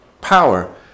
power